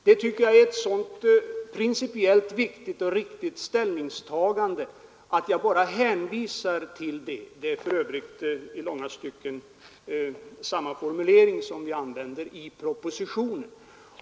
Jag tycker att det är ett principiellt så viktigt och riktigt ställningstagande att jag bara hänvisar till det. Det är för övrigt i långa stycken samma formulering som vi använder i propositionen.